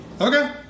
Okay